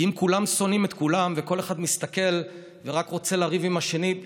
כי אם כולם שונאים את כולם וכל אחד מסתכל ורק רוצה לריב עם השני,